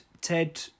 Ted